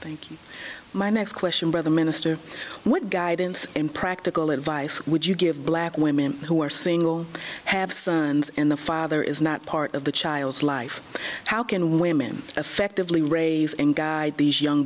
thank you my next question by the minister what guidance and practical advice would you give black women who are single have sons and the father is not part of the child's life how can women effectively raise and guide these young